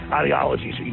ideologies